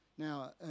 Now